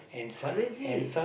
crazy